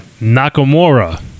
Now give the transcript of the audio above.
Nakamura